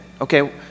Okay